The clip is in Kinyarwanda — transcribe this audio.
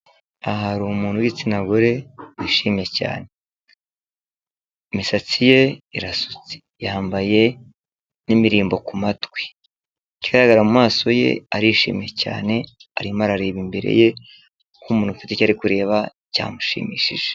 Hari umuntu w'igitsinagore wishimye cyane. Imisatsi ye iratse. Yambaye n'imirimbo ku matwi. Ikigaragara mumaso ye arishimye cyane, arimo arareba imbere ye nk'umuntu ufite icyo kureba cyamushimishije.